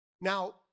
Now